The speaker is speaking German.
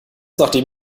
nachdem